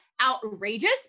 outrageous